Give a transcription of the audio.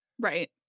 Right